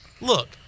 Look